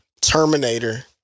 Terminator